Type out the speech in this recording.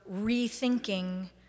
rethinking